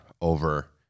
over